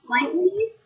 slightly